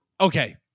Okay